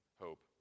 hope